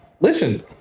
listen